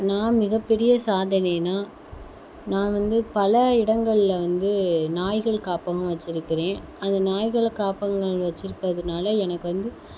நான் மிகப்பெரிய சாதனைன்னா நான் வந்து பல இடங்களில் வந்து நாய்கள் காப்பகம் வச்சியிருக்கிறேன் அது நாய்கள் காப்பகங்கள் வச்சியிருப்பதுனால எனக்கு வந்து